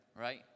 right